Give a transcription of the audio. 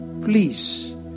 Please